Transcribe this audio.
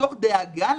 מתוך דאגה להם,